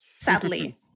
sadly